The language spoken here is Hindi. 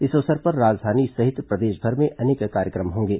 इस अवसर पर राजधानी सहित प्रदेशभर में अनेक कार्यक्रम होंगे